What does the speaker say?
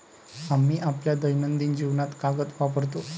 आम्ही आपल्या दैनंदिन जीवनात कागद वापरतो